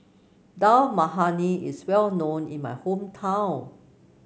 Dal Makhani is well known in my hometown